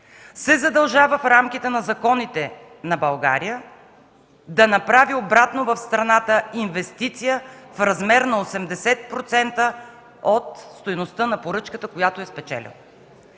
се задължава в рамките на законите на България да направи обратно в страната инвестиция в размер на 80% от стойността на поръчката, която е спечелила.